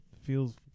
feels